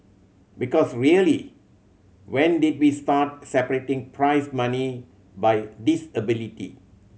because really when did we start separating prize money by disability